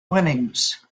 winnings